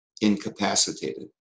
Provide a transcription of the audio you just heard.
incapacitated